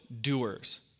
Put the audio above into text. doers